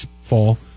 fall